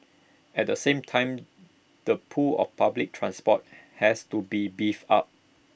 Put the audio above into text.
at the same time the pull of public transport has to be beefed up